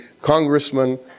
congressman